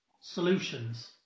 solutions